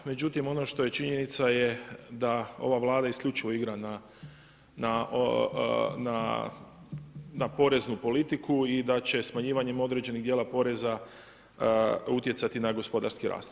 Međutim, ono što je činjenica je da ova Vlada isključivo igra na poreznu politiku i da će smanjivanjem određenih dijela poreza utjecati na gospodarski rasti.